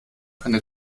eine